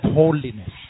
holiness